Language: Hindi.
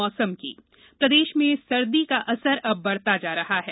मौसम ठंड प्रदेश में सर्दी का असर अब बढ़ता जा रहा है